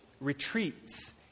retreats